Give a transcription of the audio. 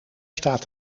staat